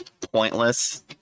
pointless